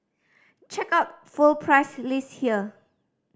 check out full price list here